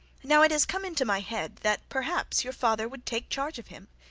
now, it has come into my head that perhaps your father would take charge of him,